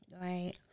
right